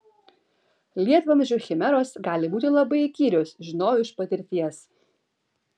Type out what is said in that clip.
lietvamzdžių chimeros gali būti labai įkyrios žinojau iš patirties